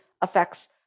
affects